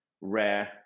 rare